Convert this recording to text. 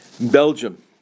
Belgium